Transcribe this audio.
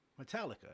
metallica